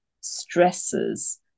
stresses